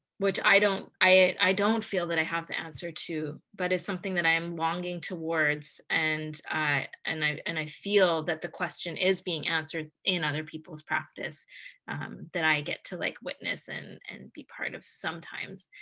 which i don't i don't feel that i have the answer to, but it's something that i am longing towards. and i and i and feel that the question is being answered in other people's practice that i get to like witness and and be part of sometimes,